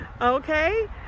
okay